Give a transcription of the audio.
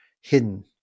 hidden